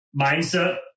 mindset